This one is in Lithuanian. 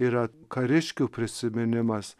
yra kariškių prisiminimas